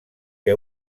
que